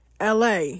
LA